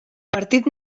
partit